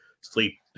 sleep